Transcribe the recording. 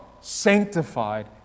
sanctified